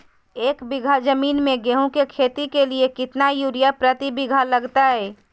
एक बिघा जमीन में गेहूं के खेती के लिए कितना यूरिया प्रति बीघा लगतय?